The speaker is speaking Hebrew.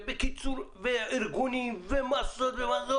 וארגונים וכולי.